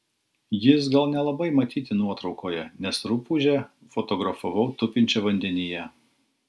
jis gal nelabai matyti nuotraukoje nes rupūžę fotografavau tupinčią vandenyje